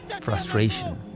frustration